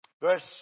verse